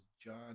John